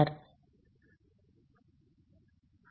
செயல்முறை